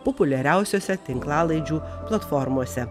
populiariausiose tinklalaidžių platformose